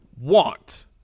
want